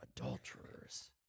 Adulterers